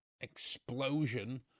explosion